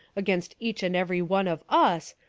against each and every one of us,